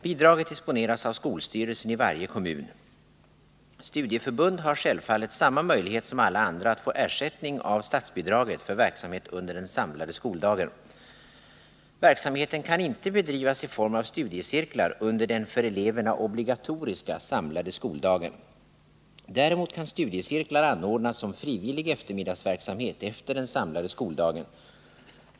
Bidraget disponeras av skolstyrelsen i varje kommun. Studieförbund har självfallet samma möjlighet som alla andra att få ersättning av statsbidraget för verksamhet under den samlade skoldagen. Verksamheten kan inte bedrivas i form av studiecirklar under den för eleverna obligatoriska samlade skoldagen. Däremot kan studiecirklar anordnas som frivillig eftermiddagsverksamhet efter den samlade skoldagen.